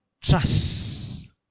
trust